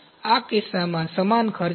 તેથી આ કિસ્સામાં સમાન ખર્ચ છે